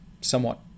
somewhat